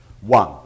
One